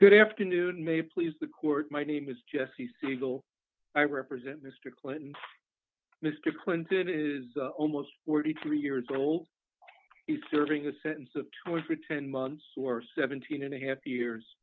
good afternoon may please the court my name is jesse segal i represent mr clinton mr clinton is almost forty three years old is serving a sentence of twenty for ten months or seventeen and a half years